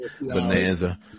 Bonanza